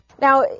Now